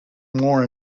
more